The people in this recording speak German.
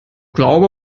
glaube